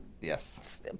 Yes